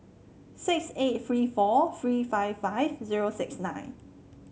six eight three four three five five zero six nine